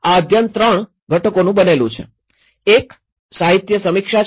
આ અધ્યયન ૩ ઘટકોનું બનેલું છે એક સાહિત્ય સમીક્ષા છે